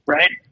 Right